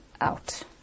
out